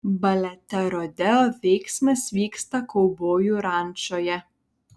balete rodeo veiksmas vyksta kaubojų rančoje